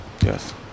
Yes